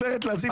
גב' לזימי,